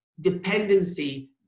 dependency